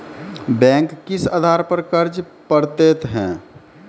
Bank किस आधार पर कर्ज पड़तैत हैं?